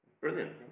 Brilliant